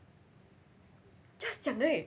just 讲而已